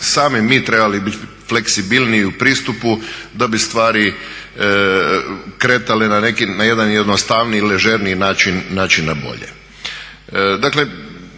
sami mi trebali biti fleksibilniji u pristupu da bi stvari kretale na jedan jednostavniji ili ležerniji način na bolje.